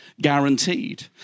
Guaranteed